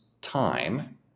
time